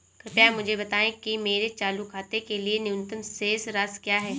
कृपया मुझे बताएं कि मेरे चालू खाते के लिए न्यूनतम शेष राशि क्या है?